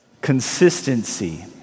consistency